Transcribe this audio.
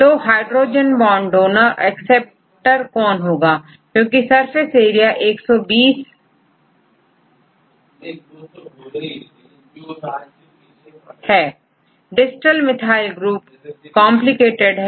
तो hydrogen bond donor और accept कौन है क्योंकि सरफेस एरिया120डिस्टल मिथाइल ग्रुप कॉम्प्लिकेटेड है